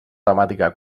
temàtica